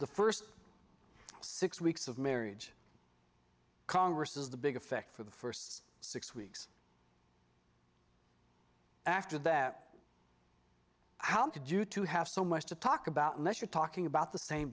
the first six weeks of marriage congress is the big effect for the first six weeks after that how could you to have so much to talk about unless you're talking about the same